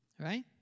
right